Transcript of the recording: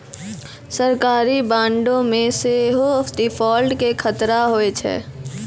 सरकारी बांडो मे सेहो डिफ़ॉल्ट के खतरा होय छै